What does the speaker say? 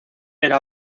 era